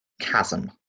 chasm